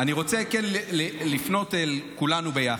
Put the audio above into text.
אני רוצה לפנות אל כולנו ביחד,